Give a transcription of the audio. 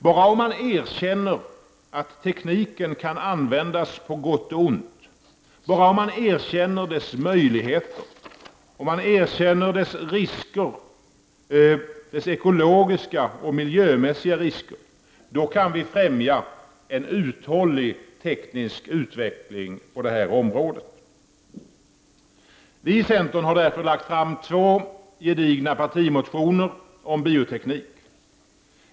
Bara om vi erkänner att tekniken kan användas på gott och ont, bara om vi erkänner dess möjligheter och dess ekologiska och miljömässiga risker, kan vi främja en uthållig teknisk utveckling på detta område. Vi i centern har lagt fram två gedigna partimotioner om bioteknik.